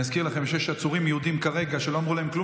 אני אזכיר לכם שיש כרגע עצורים יהודים שלא אמרו להם כלום.